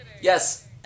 Yes